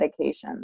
medications